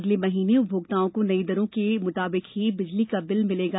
अगले महीने उपभोक्ताओं को नई दरों के मुताबिक ही बिजली का बिल मिलेगा